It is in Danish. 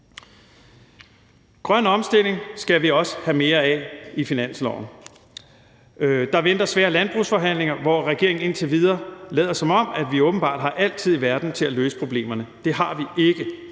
Grøn omstilling skal vi også have mere af i finansloven. Der venter svære landbrugsforhandlinger, hvor regeringen indtil videre lader, som om vi åbenbart har al tid i verden til at løse problemerne. Det har vi ikke.